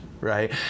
right